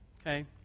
Okay